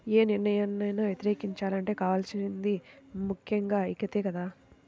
యే నిర్ణయాన్నైనా వ్యతిరేకించాలంటే కావాల్సింది ముక్కెంగా ఐక్యతే కదా